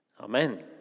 Amen